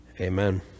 Amen